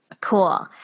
Cool